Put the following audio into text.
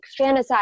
fantasize